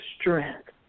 strength